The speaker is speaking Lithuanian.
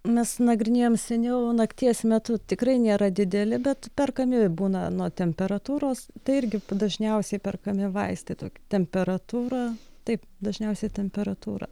mes nagrinėjom seniau nakties metu tikrai nėra dideli bet perkami būna nuo temperatūros tai irgi dažniausiai perkami vaistai tokie temperatūra taip dažniausiai temperatūra